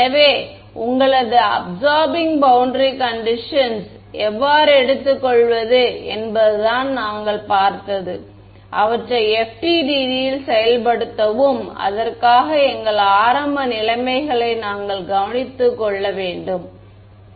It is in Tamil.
எனவே உங்களது அபிசார்பிங் பௌண்டரி கண்டிஷன்ஸ் எவ்வாறு எடுத்துக்கொள்வது என்பதுதான் நாங்கள் பார்த்தது அவற்றை FDTD இல் செயல்படுத்தவும் அதற்காக எங்கள் ஆரம்ப நிலைமைகளை நாங்கள் கவனித்துக் கொள்ள வேண்டும் சரி